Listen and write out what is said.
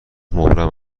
مبرم